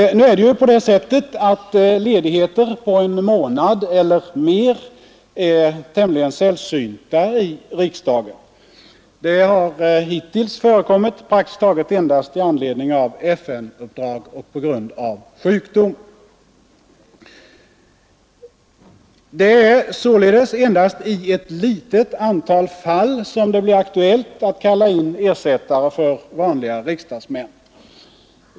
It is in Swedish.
Nu är det ju så att ledigheter på en månad eller mer är tämligen sällsynta i riksdagen. Det har hittills förekommit praktiskt taget endast i anledning av FN-uppdrag och på grund av sjukdom. Det är således endast i ett litet antal fall som det blir aktuellt att kalla in ersättare för vanliga riksdagsmän.